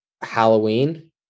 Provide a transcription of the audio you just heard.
Halloween